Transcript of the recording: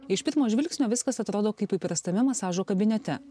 iš pirmo žvilgsnio viskas atrodo kaip įprastame masažo kabinete